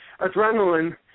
adrenaline